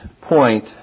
point